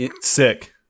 Sick